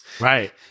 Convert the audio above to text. right